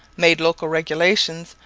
made local regulations,